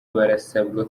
barasabwa